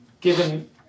given